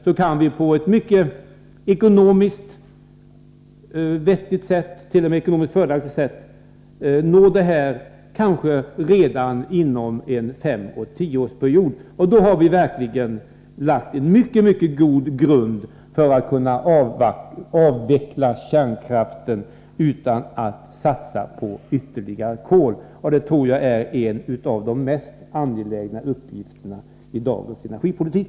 Då kan vi på ett ekonomiskt vettigt och fördelaktigt sätt nå detta mål kanske redan inom en femeller tioårsperiod. Och då har vi verkligen lagt en mycket god grund för att kunna avveckla kärnkraften utan att satsa på ytterligare kol — och det tror jag är en av de mest angelägna uppgifterna i dagens energipolitik.